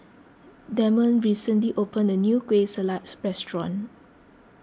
Demond recently opened a new Kueh Salat restaurant